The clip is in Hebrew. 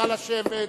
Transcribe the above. נא לשבת.